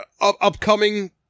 upcoming